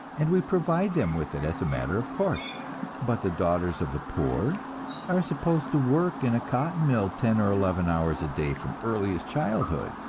and we provide them with it as a matter of course but the daughters of the poor are supposed to work in a cotton mill ten or eleven hours a day from earliest childhood,